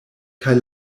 kaj